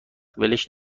ولش